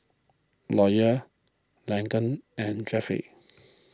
Lawyer Laken and Jeffrey